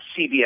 CBS